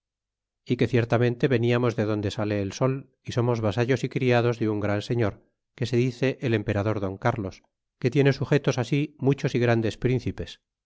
é que ciertamente veniamos de donde sale el sol y somos vasallos y criados de un gran señor que se dice el emperador don carlos que tiene sujetos sí muchos y grandes príncipes